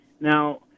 Now